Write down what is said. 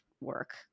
work